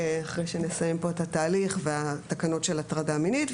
אחרי שנסיים פה את התהליך בתקנות של הטרדה מינית.